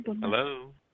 hello